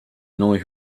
annoy